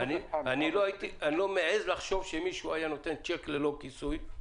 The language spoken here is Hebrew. אני לא מעיז לחשוב שמישהו היה נותן צ'ק ללא כיסוי.